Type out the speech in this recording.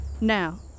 Now